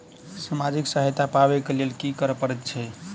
सामाजिक सहायता पाबै केँ लेल की करऽ पड़तै छी?